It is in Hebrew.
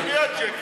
הוא הצביע, ז'קי.